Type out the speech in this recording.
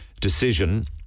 decision